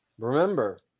Remember